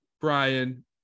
Brian